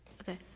okay